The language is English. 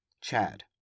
Chad